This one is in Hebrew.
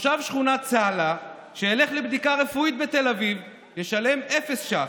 תושב שכונת צהלה שילך לבדיקה רפואית בתל אביב ישלם אפס שקלים,